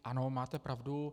Ano, máte pravdu.